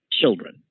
children